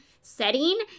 setting